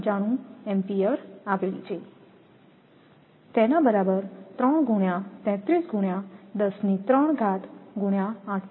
95 ampere આપેલ છે તેથી તે 511